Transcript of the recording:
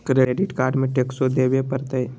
Credit card में टेक्सो देवे परते?